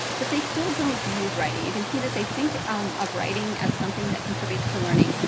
but they still don't use writing. you can see that they think um of writing as something that contributes to learning,